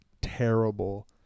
terrible